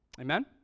amen